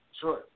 Sure